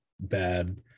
bad